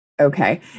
Okay